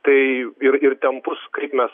tai ir ir tempus kaip mes